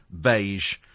beige